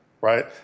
right